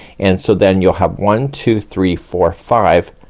and so then you'll have one two three four five,